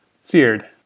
Seared